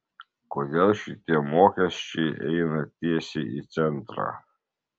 kodėl šitie mokesčiai eina tiesiai į centrą